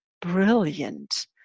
brilliant